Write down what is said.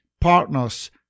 partners